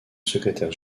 secrétaire